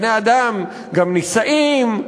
בני-אדם גם נישאים,